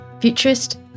futurist